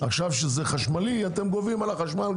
עכשיו, כשזה חשמלי, אתם גובים גם על החשמל,